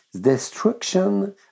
destruction